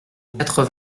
quatre